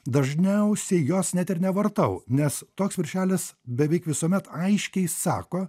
dažniausiai jos net ar nevartau nes toks viršelis beveik visuomet aiškiai sako